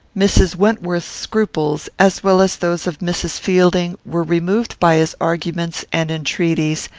mrs. wentworth's scruples, as well as those of mrs. fielding, were removed by his arguments and entreaties,